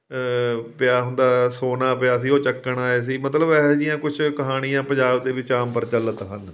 ਪਿਆ ਹੁੰਦਾ ਸੋਨਾ ਪਿਆ ਸੀ ਉਹ ਚੱਕਣ ਆਏ ਸੀ ਮਤਲਬ ਇਹੋ ਜਿਹੀਆਂ ਕੁਝ ਕਹਾਣੀਆਂ ਪੰਜਾਬ ਦੇ ਵਿੱਚ ਆਮ ਪ੍ਰਚੱਲਿਤ ਹਨ